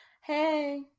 Hey